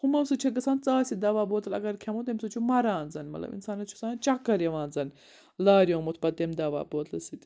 ہُمو سۭتۍ چھِ گژھان ژاسہِ دوا بوتل اگر کھٮ۪مو تمہِ سۭتۍ چھُ مَران زَن مطلب اِنسانَس چھُ آسان چَکر یِوان زَن لاریومُت پَتہٕ تَمہِ دوا بوتلہِ سۭتۍ